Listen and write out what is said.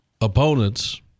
opponents